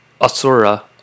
asura